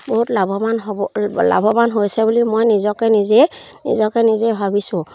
বহুত লাভৱান হ'ব লাভৱান হৈছে বুলি মই নিজকে নিজেই নিজকে নিজেই ভাবিছোঁ